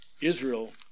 Israel